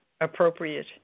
appropriate